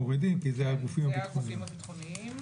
מורידים כי זה הגופים הביטחוניים.